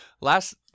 Last